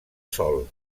sol